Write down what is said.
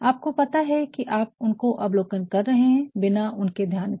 आपको पता है कि आप उनको अवलोकन कर रहे हैं बिना उनके ध्यान के